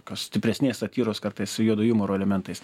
kas stipresnės satyros kartais su juodo jumoro elementais